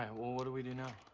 and well, what do we do now?